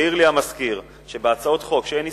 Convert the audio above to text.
העיר לי המזכיר שבהצעות חוק שאין הסתייגויות,